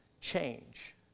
change